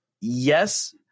Yes